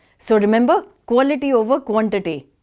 so remember quality over quantity.